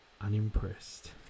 Unimpressed